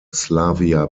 slavia